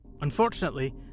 Unfortunately